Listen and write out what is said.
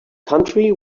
country